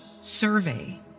survey